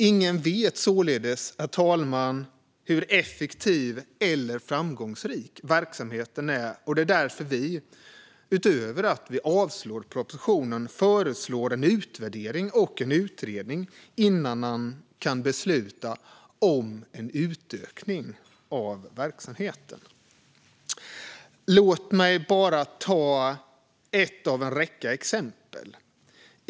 Ingen vet således, herr talman, hur effektiv eller framgångsrik verksamheten är, och det är därför som vi utöver att avslå propositionen föreslår en utvärdering och en utredning innan man kan besluta om en utökning av verksamheten. Låt mig bara ta ett av en räcka exempel.